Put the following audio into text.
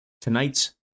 tonight's